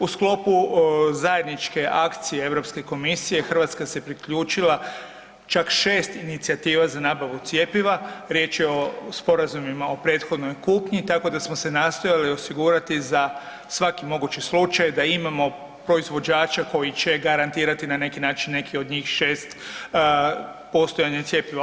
U sklopu zajedničke akcije EU komisije, Hrvatska se priključila, čak 6 inicijativa za nabavu cjepiva, riječ je o sporazumima o prethodnoj kupnji, tako da smo se nastojali osigurati za svaki mogući slučaj, da imamo proizvođača koji će garantirati, na neki način, neki od njih 6, postojanje cjepiva.